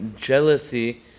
jealousy